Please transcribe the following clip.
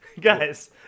Guys